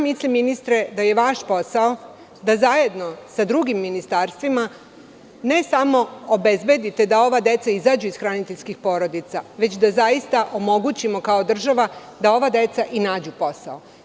Mislim, ministre, da je vaš posao da zajedno sa drugim ministarstvima, ne samo obezbedite da ova deca izađu iz hraniteljskih porodica, već da zaista omogućimo kao država da ova deca i nađu posao.